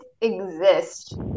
exist